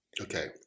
Okay